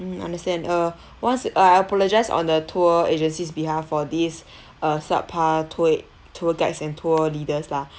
mm understand uh once uh I apologise on the tour agencies behalf for these uh subpar tour tour guides and tour leaders lah